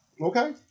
Okay